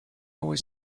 always